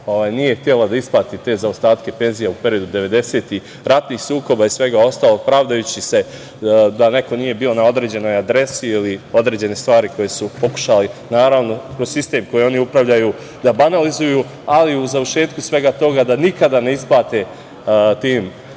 nije htela da isplati te zaostatke penzija u periodu 90-ih, ratnih sukoba i svega ostalog, pravdajući se da neko nije bio na određenoj adresi ili određene stvari koje su pokušali, naravno, kroz sistem kojim oni upravljaju, da banalizuju, ali u završetku svega toga da nikada ne isplate tim